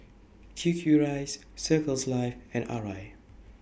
Q Q Rice Circles Life and Arai